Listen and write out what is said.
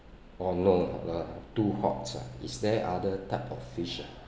oh no uh too hot ah is there other type of fish ah